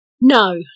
No